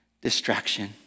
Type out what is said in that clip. distraction